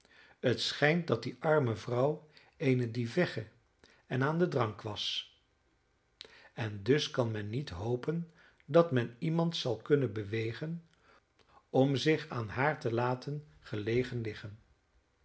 het schijnt dat die arme vrouw eene dievegge en aan den drank was en dus kan men niet hopen dat men iemand zal kunnen bewegen om zich aan haar te laten gelegen liggen